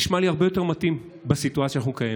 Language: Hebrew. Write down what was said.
נשמע לי הרבה יותר מתאים בסיטואציה הקיימת.